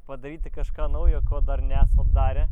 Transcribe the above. padaryti kažką naujo ko dar nesat darę